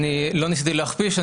לא ניסיתי להכפיש,